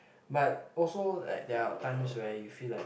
but also like there are times where you feel like